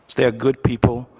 there are good people,